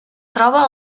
troba